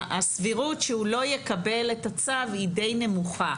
הסבירות שהוא לא יקבל את הצו היא די נמוכה.